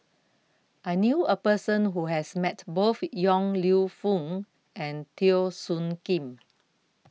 I knew A Person Who has Met Both Yong Lew Foong and Teo Soon Kim